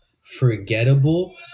forgettable